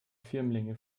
firmlinge